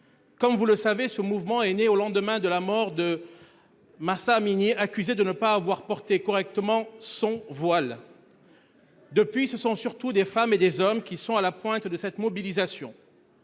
Comme vous le savez, ce mouvement est né au lendemain de la mort de. Mahsa Amini, accusé de ne pas avoir porté correctement son voile. Depuis, ce sont surtout des femmes et des hommes qui sont à la pointe de cette mobilisation.